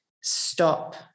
stop